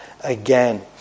again